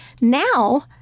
now